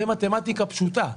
זה מתמטיקה פשוטה.